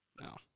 No